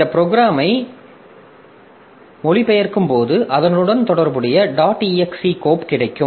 இந்த ப்ரோக்ராமை மொழிபெயர்க்கும்போது அதனுடன் தொடர்புடைய டாட் exe கோப்பு கிடைக்கும்